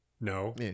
No